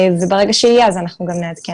וברגע שזה יהיה, אנחנו נעדכן.